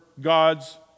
God's